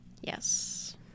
Yes